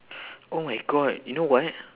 oh my god you know what